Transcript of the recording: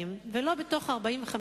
אחד הדברים שחסרים לחירשים זה ביפרים.